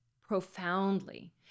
profoundly